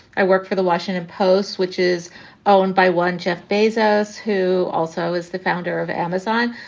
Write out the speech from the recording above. i work for the washington post, which is owned by one jeff bezos, who also is the founder of amazon.